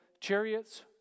chariots